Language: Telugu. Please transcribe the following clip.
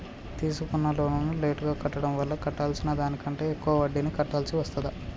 తీసుకున్న లోనును లేటుగా కట్టడం వల్ల కట్టాల్సిన దానికంటే ఎక్కువ వడ్డీని కట్టాల్సి వస్తదా?